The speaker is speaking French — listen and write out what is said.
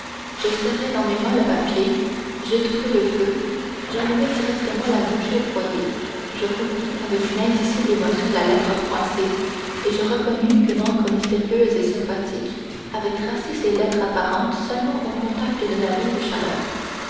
je serrai dans mes mains le papier j'étouffai le feu j'allumai directement la bougie au foyer je rouvris avec une indicible émotion la lettre froissée et je reconnus qu'une encre mystérieuse et sympathique avait tracé ces lettres apparentes seulement au contact de la vive chaleur